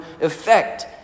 effect